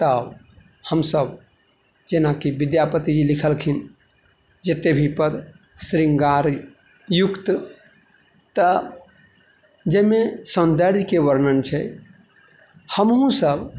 तऽ हम सभ जेनाकि विद्यापतिजी लिखलखिन जते भी पद शृङ्गार युक्त तऽ जाहिमे सौन्दर्यके वर्णन छै हमहुँ सभ